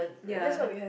ya